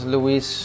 Luis